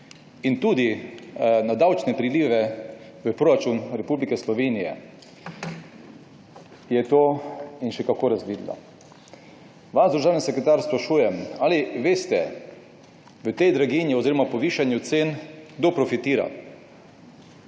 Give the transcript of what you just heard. in tudi na davčne prilive v proračun Republike Slovenije, je to še kako razvidno. Vas, državni sekretar, sprašujem, ali veste, kdo v tej draginji oziroma zvišanju cen profitira.